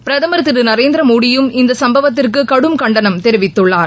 பிரதமர் திரு நரேந்திர மோடியும் இந்த சம்பவத்திற்கு கடும் கண்டனம் தெரிவித்துள்ளார்